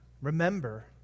remember